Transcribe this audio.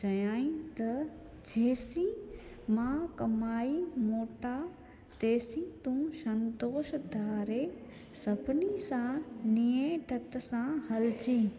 चयाई त जेसीं मां कमाई मोटा तेसीं तूं संतोष धारे सभिनी सां निए दत सां हलजांइ